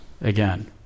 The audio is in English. again